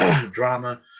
drama